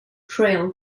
trail